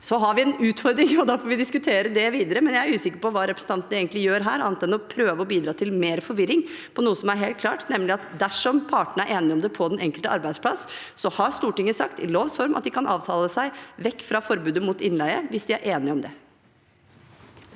vi diskutere det videre. Jeg er usikker på hva representanten egentlig gjør her, annet enn å prøve å bidra til mer forvirring om noe som er helt klart, nemlig at dersom partene er enige om det på den enkelte arbeidsplass, har Stortinget sagt i lovs form at de kan avtale seg vekk fra forbudet mot innleie – hvis de er enige om det.